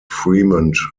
fremont